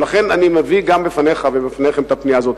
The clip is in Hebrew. ולכן, אני מביא גם בפניך ובפניכם את הפנייה הזאת.